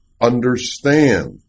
understand